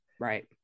Right